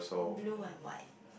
blue and white